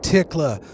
Tickler